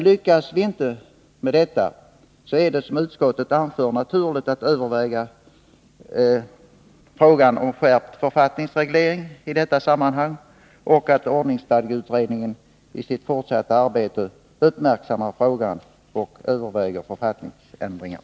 Lyckas inte detta, Integration av är det, som utskottet anför, naturligt att överväga frågan om skärpt dataoch biotekförfattningsregleringi detta sammanhang och att ordningsstadgeutredningen = nik isitt fortsatta arbete uppmärksammar frågan och överväger författningsändringar.